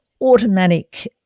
automatic